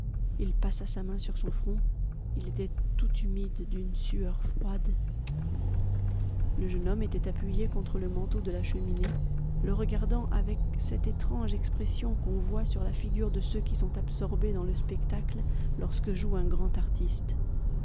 il passa sa main sur son front il était tout humide d'une sueur froide le jeune homme était appuyé contre le manteau de la cheminée le regardant avec cette étrange expression qu'on voit sur la figure de ceux qui sont absorbés dans le spectacle lorsque joue un grand artiste